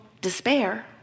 despair